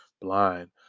blind